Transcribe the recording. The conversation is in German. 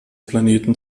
planeten